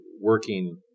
working